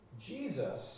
Jesus